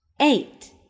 eight